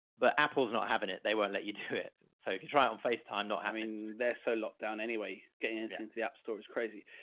but apple's not having it. they won't let you do it. so if you try it on facetime, not having, they're so locked down. anyway, getting into into the app store is crazy.